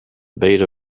beta